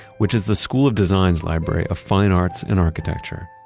which is the school of design's library of fine arts and architecture.